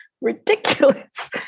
ridiculous